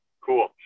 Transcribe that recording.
Cool